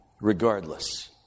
regardless